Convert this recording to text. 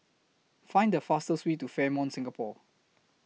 Find The fastest Way to Fairmont Singapore